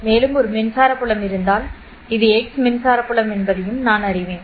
மேலும் ஒரு மின்சார புலம் இருந்தால் இது x மின்சார புலம் என்பதையும் நான் அறிவேன்